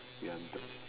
ya I'm done